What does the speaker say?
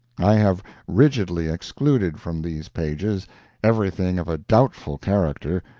i have rigidly excluded from these pages everything of a doubtful character,